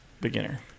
beginner